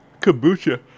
Kombucha